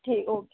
ठीक ओके